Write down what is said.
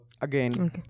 again